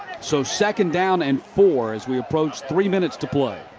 so second down and four as we approach three minutes to play.